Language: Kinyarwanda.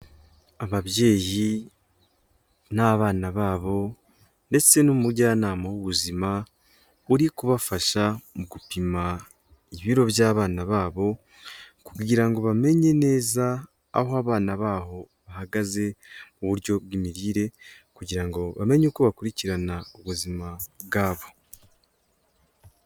Ababyeyi n'abana babo ndetse n'umujyanama w'ubuzima uri kubafasha mu gupima ibiro by'abana babo kugira ngo bamenye neza aho abana baho bahagaze mu buryo bw'imirire kugira ngo bamenye uko bakurikirana ubuzima bwabo.